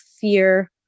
fear